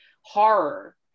horror